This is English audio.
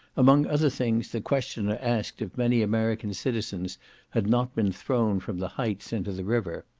among other things, the questioner asked if many american citizens had not been thrown from the heights into the river.